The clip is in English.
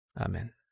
Amen